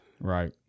Right